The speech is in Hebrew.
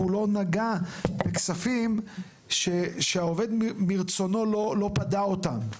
והוא לא נגע בכספים שהעובד מרצונו לא פדה אותם.